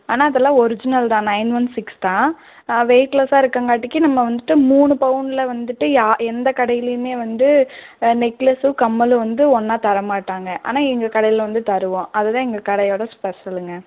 ஆனால் அதெல்லாம் ஒரிஜினல் தான் நைன் ஒன் சிக்ஸ் தான் வெயிட்லெஸ்ஸாக இருக்கங்காட்டிக்கு நம்ம வந்துட்டு மூணு பவுனில் வந்துட்டு யா எந்த கடையிலேயுமே வந்து நெக்லஸும் கம்மலும் வந்து ஒன்றா தரமாட்டாங்க ஆனால் எங்கள் கடையில் வந்து தருவோம் அது தான் எங்கள் கடையோடய ஸ்பெஷலுங்க